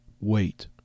wait